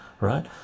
right